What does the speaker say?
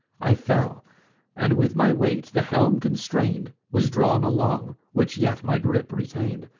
i fell and, with my weight, the helm constrain'd was drawn along, which yet my gripe retain'd.